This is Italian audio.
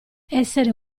essere